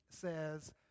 says